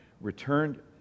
returned